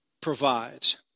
provides